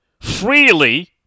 freely